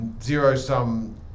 zero-sum